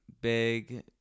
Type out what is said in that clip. big